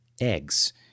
Eggs